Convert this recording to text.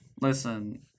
Listen